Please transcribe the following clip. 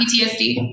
PTSD